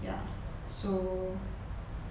ya so